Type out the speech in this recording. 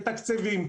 מתקצבים,